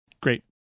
great